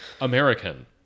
American